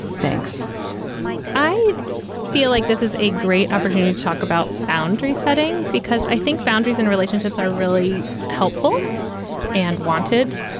thanks i feel like this is a great opportunity to talk about boundary setting because i think boundaries and relationships are really helpful and wanted.